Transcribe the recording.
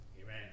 Amen